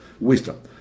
wisdom